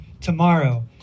tomorrow